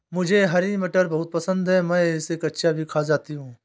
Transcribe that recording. मुझे हरी मटर बहुत पसंद है मैं इसे कच्चा भी खा जाती हूं